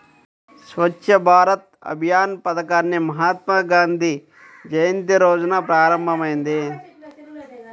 స్వచ్ఛ్ భారత్ అభియాన్ పథకాన్ని మహాత్మాగాంధీ జయంతి రోజున ప్రారంభమైంది